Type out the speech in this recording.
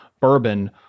bourbon